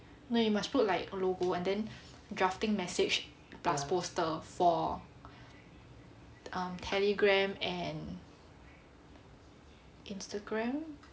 no you must put like a logo and then drafting message plus poster for um telegram and instagram